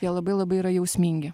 jie labai labai yra jausmingi